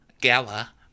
gala